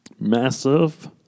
Massive